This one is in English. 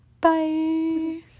Bye